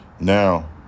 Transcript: Now